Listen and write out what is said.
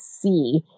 see